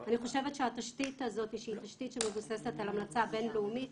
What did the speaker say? אני חושבת שהתשתית הזאת שהיא תשתית שמבוססת על המלצה בינלאומית,